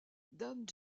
dame